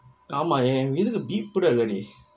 ஆமா என் இதுல:aamaa en ithule beep கூட இல்லடெ:koode illede